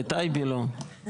לטייבי לא.